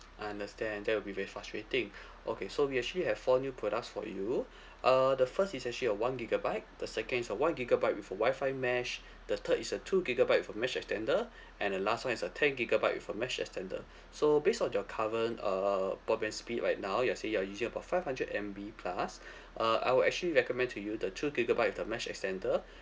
I understand that will be very frustrating okay so we actually have four new products for you uh the first is actually a one gigabyte the second is a one gigabyte with a wi-fi mesh the third is a two gigabyte with a mesh extender and the last one is a ten gigabyte with a mesh extender so based on your current uh broadband speed right now you are saying you are using about five hundred M_B plus uh I would actually recommend to you the two gigabyte with the mesh extender